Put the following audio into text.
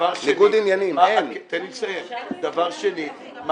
דבר שני.